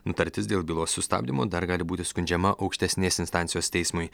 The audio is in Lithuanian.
nutartis dėl bylos sustabdymo dar gali būti skundžiama aukštesnės instancijos teismui